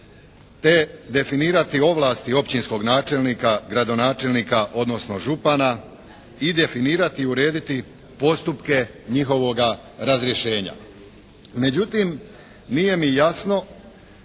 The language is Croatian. te definirati ovlasti općinskog načelnika, gradonačelnika odnosno župana i definirati i urediti postupke njihovoga razrješenja. Međutim, nije mi jasno